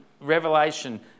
Revelation